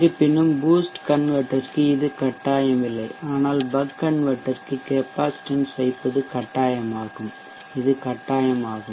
இருப்பினும் பூஸ்ட் கன்வெர்ட்டர்க்கு இது கட்டாயமில்லை ஆனால் பக் கன்வெர்ட்டர்க்கு கெப்பாசிட்டன்ஸ் வைப்பது கட்டாயமாகும்இது கட்டாயமாகும்